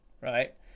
right